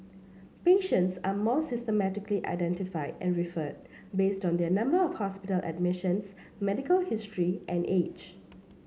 patients are more systematically identified and referred based on their number of hospital admissions medical history and age